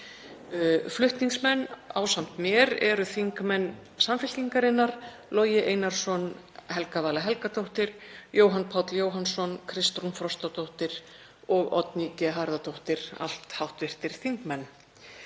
Flutningsmenn ásamt mér eru aðrir þingmenn Samfylkingarinnar: Logi Einarsson, Helga Vala Helgadóttir, Jóhann Páll Jóhannsson, Kristrún Frostadóttir og Oddný G. Harðardóttir. Í tillögugreininni